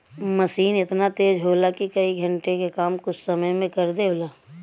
मसीन एतना तेज होला कि कई घण्टे के काम कुछ समय मे कर देवला